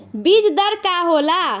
बीज दर का होला?